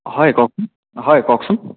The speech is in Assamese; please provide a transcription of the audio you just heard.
হয় কওকচোন হয় কওকচোন